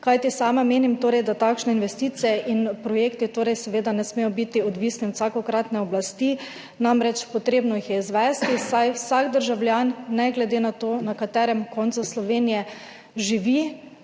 Kajti sama menim, da takšne investicije in projekti ne smejo biti odvisni od vsakokratne oblasti. Potrebno jih je izvesti, saj mora vsak državljan, ne glede na to, na katerem koncu Slovenije živi,